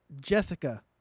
Jessica